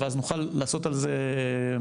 ואז נוכל לעשות על זה בקרה.